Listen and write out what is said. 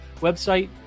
website